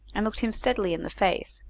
and looked him steadily in the face,